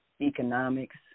economics